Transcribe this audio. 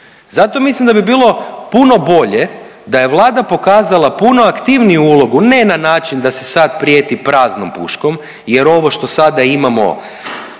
Zato mislim da bi bilo puno bolje da je Vlada pokazala puno aktivniju ulogu ne na način da se sad prijeti praznom puškom jer ovo što sada imamo